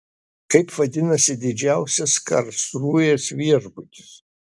kaip vadinasi didžiausias karlsrūhės viešbutis